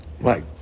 Right